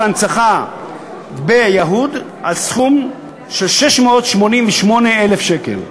ההנצחה ביהוד על סכום של 688,000 שקל.